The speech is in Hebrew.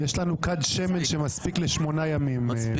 יש לנו כד שמן שמספיק לשמונה ימים, מיכאל.